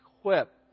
equip